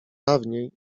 dawniej